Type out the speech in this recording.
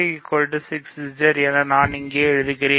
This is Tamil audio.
IJ 6Z என நான் இங்கே எழுதுவேன்